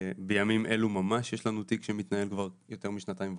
בימים אלו ממש יש לנו תיק שמתנהל כבר יותר משנתיים וחצי,